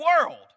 world